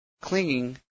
Clinging